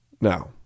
Now